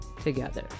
together